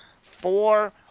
four